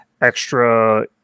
extra